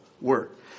work